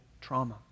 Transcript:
trauma